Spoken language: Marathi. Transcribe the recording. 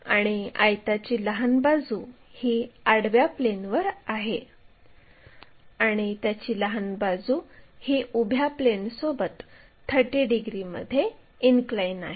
आणि आयताची लहान बाजू ही आडव्या प्लेनवर आहे आणि त्याची लहान बाजू ही उभ्या प्लेनसोबत 30 डिग्रीमध्ये इनक्लाइन आहे